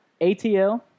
ATL